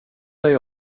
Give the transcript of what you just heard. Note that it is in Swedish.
dig